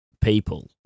people